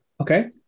Okay